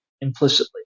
implicitly